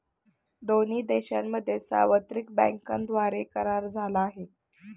दोन्ही देशांमध्ये सार्वत्रिक बँकांद्वारे करार झाला आहे